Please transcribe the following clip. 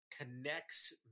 connects